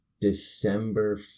December